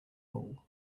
ball